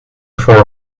for